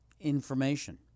information